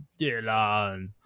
Dylan